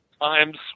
times